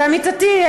ועמיתתי,